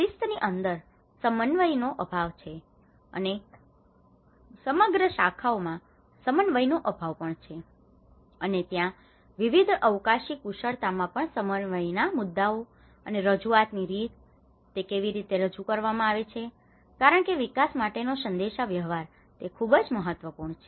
શિસ્તની અંદર સમન્વયનનો અભાવ છે અને સમગ્ર શાખાઓમાં સમન્વયનનો અભાવ પણ છે અને ત્યાં વિવિધ અવકાશી કુશળતામાં પણ સમન્વયના મુદ્દાઓ અને રજૂઆતની રીત તે કેવી રીતે રજૂ કરવામાં આવે છે કારણ કે વિકાસ માટેનો સંદેશાવ્યવહાર તે ખુબજ મહત્વપૂર્ણ છે